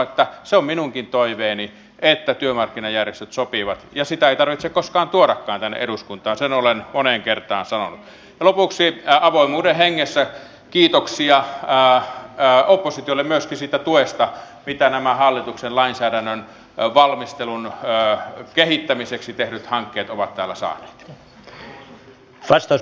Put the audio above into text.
minusta se ei ole pois meiltä että ihmisille jotka maassa saavat asua ja oleskella sen aikaa kun he ovat turvapaikanhakijoita odottamassa sitä päätöstä saavatko jäädä myöskin tämän kielen ja kulttuurin kautta tulisi elementti tähän kotoutumiseen mukaan